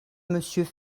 monsieur